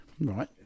right